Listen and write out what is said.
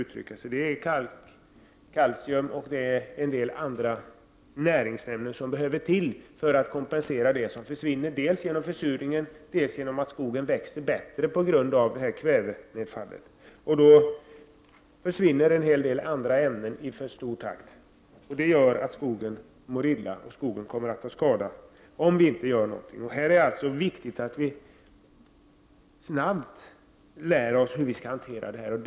Det behövs kalcium och en del andra näringsämnen för att kompensera det som försvinner dels på grund av försurningen, dels på grund av att skogen växer fortare av kvävenedfallet. Detta gör att skogen mår dåligt och tar skada om inte något görs. Det är viktigt att vi snabbt lär oss hur vi skall hantera dessa problem.